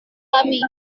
kami